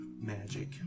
magic